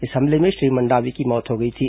इस हमले में श्री मंडावी की मौत हो गई थी